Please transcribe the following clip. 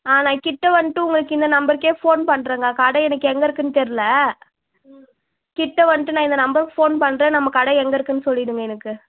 ஆ நான் கிட்ட வந்துட்டு உங்களுக்கு இந்த நம்பருக்கே ஃபோன் பண்றேன்க்கா கடை எனக்கு எங்கேருக்குனு தெர்லை கிட்டே வந்துட்டு நான் இந்த நம்பருக்கு ஃபோன் பண்ணுறேன் நம்ம கடை எங்கே இருக்குனு சொல்லிடுங்க எனக்கு